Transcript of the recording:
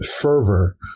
fervor